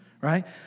Right